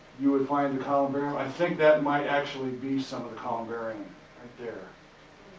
you would find the columbarium i think that might actually be some of the columbarium right there,